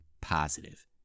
positive